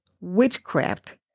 witchcraft